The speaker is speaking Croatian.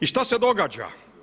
I šta se događa?